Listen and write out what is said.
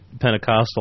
Pentecostal